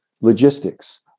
logistics